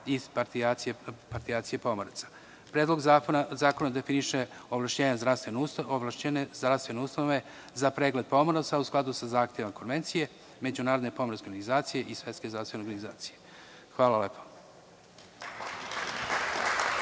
iz partijacije pomoraca. Predlog zakona definiše ovlašćenja zdravstvene ustanove za pregled pomoraca u skladu sa zahtevima Konvencije, Međunarodne pomorske organizacije i Svetske zdravstvene organizacije. Hvala lepo.